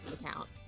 account